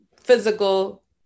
physical